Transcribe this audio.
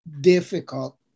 difficult